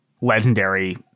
legendary